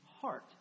heart